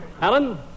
Alan